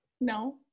no